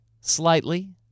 slightly